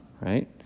right